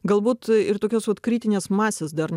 galbūt ir tokios kritinės masės dar